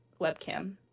webcam